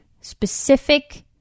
specific